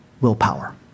willpower